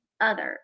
others